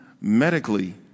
medically